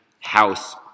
house